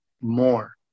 more